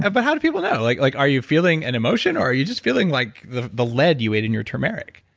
but how do people know? like like are you feeling an emotion or are you just feeling like the the lead you ate in your turmeric?